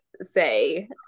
say